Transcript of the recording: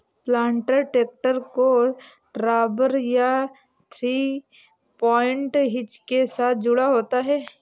planter tractor से drawbar या three point hitch के साथ जुड़ा होता है